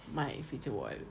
my future wall